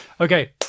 Okay